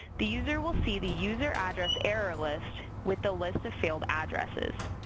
the user will see the user address error list with the list of failed addresses,